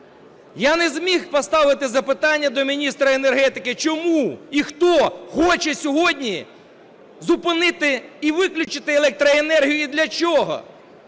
Я не зміг поставити запитання до міністра енергетики: чому і хто хоче сьогодні зупинити і виключити електроенергію і для чого?